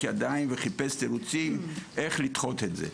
ידיים וחיפש תירוצים איך לדחות את זה.